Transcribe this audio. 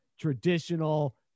traditional